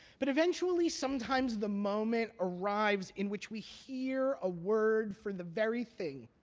but eventually, sometimes the moment arrives in which we hear a word for the very thing